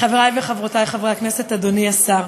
חברי וחברותי חברי הכנסת, אדוני השר,